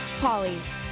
Polly's